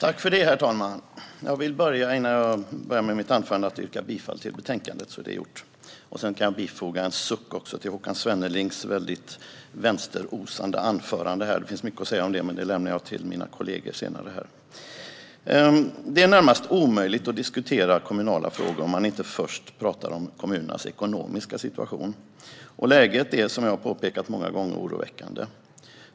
Herr talman! Jag vill börja med att yrka bifall till utskottets förslag. Jag ska också bifoga en suck till Håkan Svennelings vänsterosande anförande. Det finns mycket att säga om det, men jag lämnar det till mina kollegor att ta upp senare. Det är närmast omöjligt att diskutera kommunala frågor utan att först prata om kommunernas ekonomiska situation. Läget är, som jag påpekat många gånger, oroväckande.